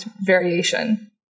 variation